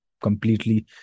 Completely